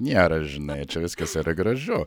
nėra žinai čia viskas yra gražu